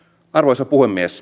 arvoisa puhemies